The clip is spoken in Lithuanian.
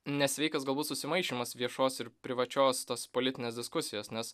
nesveikas galbūt susimaišymas viešos ir privačios tos politinės diskusijos nes